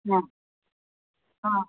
ആ ആ